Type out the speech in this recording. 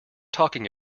talking